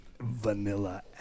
Vanilla